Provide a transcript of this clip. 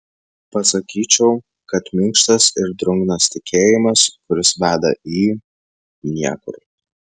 pasakyčiau kad minkštas ir drungnas tikėjimas kuris veda į niekur